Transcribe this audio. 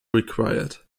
required